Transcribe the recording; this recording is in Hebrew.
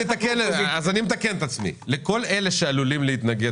אני מתקן את עצמי: לכל אלה שעלולים להתנגד